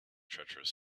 treacherous